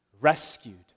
rescued